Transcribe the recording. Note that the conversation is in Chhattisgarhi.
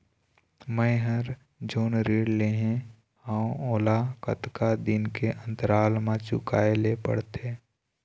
मैं हर जोन ऋण लेहे हाओ ओला कतका दिन के अंतराल मा चुकाए ले पड़ते?